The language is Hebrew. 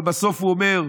אבל בסוף הוא אומר: